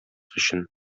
өчен